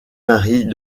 maries